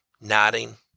Nodding